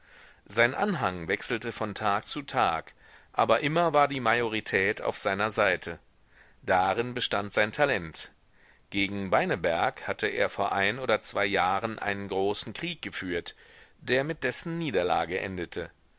sein anhang wechselte von tag zu tag aber immer war die majorität auf seiner seite darin bestand sein talent gegen beineberg hatte er vor ein oder zwei jahren einen großen krieg geführt der mit dessen niederlage endete